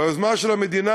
ביוזמה של המדינה,